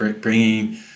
bringing